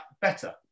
better